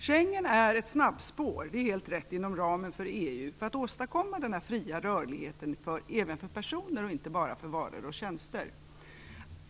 Det är helt riktigt att Schengensamarbetet är ett snabbspår inom ramen för EU för att åstadkomma den fria rörligheten även för personer, inte bara för varor och tjänster.